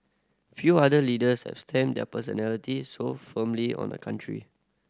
few other leaders have stamped their personalities so firmly on a country